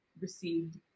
received